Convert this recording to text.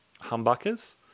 humbuckers